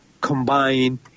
combine